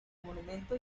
monumento